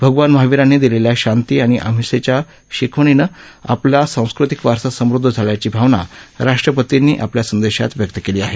भगवान महावीरांनी दिलेल्या शांती आणि अहिसेच्या शिकवणीनं आपला सांस्कृतिक वारसा समृद्ध झाल्याची भावना राष्ट्रपतींनी आपल्या संदेशात व्यक्त केली आहे